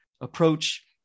approach